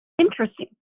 interesting